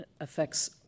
affects